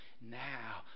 now